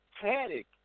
panic